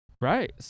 right